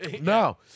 No